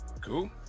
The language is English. cool